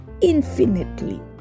infinitely